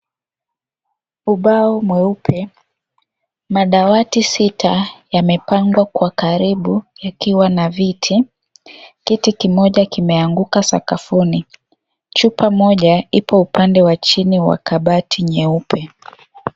Ubao mweupe ,madawati sita yamepangwa kwa karibu yakiwa na viti kiti kimoja kimeanguka sakafuni ,chupa moja ipo upande wa chini wa kabati nyeupe.